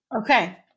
Okay